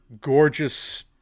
Gorgeous